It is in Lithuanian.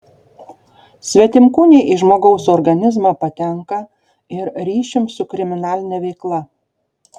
svetimkūniai į žmogaus organizmą patenka ir ryšium su kriminaline veikla